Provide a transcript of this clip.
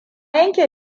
yanke